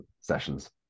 sessions